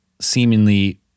seemingly